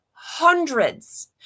hundreds